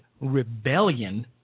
rebellion